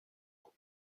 eaux